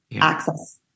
access